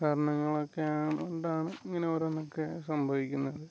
കാരണങ്ങളൊക്കെ കൊണ്ടാണ് ഇങ്ങനെ ഓരോന്നൊക്കെ സംഭവിക്കുന്നത്